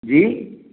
जी